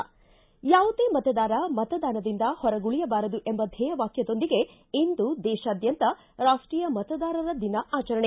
ಿ ಯಾವುದೇ ಮತದಾರ ಮತದಾನದಿಂದ ಹೊರಗುಳಿಯಬಾರದು ಎಂಬ ಧ್ವೇಯ ವಾಕ್ಯದೊಂದಿಗೆ ಇಂದು ದೇಶಾದ್ವಂತ ರಾಷ್ಟೀಯ ಮತದಾರರ ದಿನ ಆಚರಣೆ